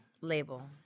label